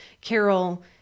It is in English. carol